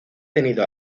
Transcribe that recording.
tenido